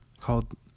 called